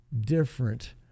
different